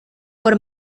por